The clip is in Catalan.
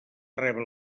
rebre